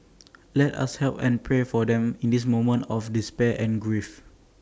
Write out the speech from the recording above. let us help and pray for them in this moment of despair and grief